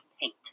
paint